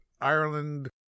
Ireland